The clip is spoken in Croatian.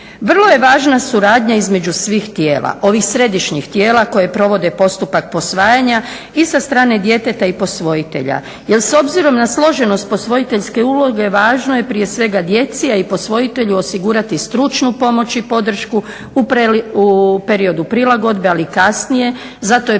Vrlo je važna suradnja između svih tijela, ovih središnjih tijela koja provode postupak posvajanja i sa strane djeteta i posvojitelja jer s obzirom na složenost posvojiteljske uloge važno je prije svega djeci, a i posvojitelju osigurati stručnu pomoć i podršku u periodu prilagodbe, ali i kasnije. Zato je